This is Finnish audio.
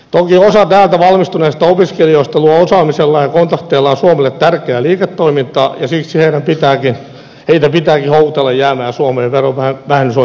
toki osa täältä valmistuneista opiskelijoista luo osaamisellaan ja kontakteillaan suomelle tärkeää liiketoimintaa ja siksi heitä pitääkin houkutella jäämään suomeen verovähennysoikeuden avulla